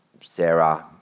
Sarah